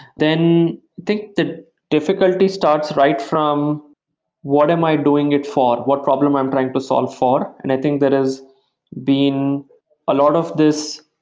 then i think the difficulty starts right from what am i doing it for, what problem i'm trying to solve for. and i think there has been a lot of this,